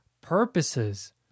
purposes